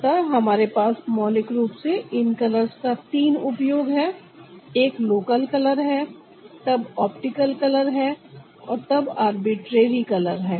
अतः हमारे पास मौलिक रूप से इन कलर्स का तीन उपयोग है एक लोकल कलर है तब ऑप्टिकल कलर है और तब आर्बिट्रेरी कलर है